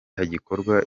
hagikorwa